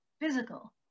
physical